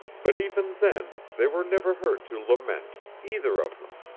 but even then they were never heard to lament, either of them.